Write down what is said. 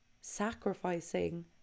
sacrificing